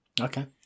Okay